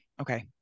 Okay